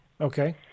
Okay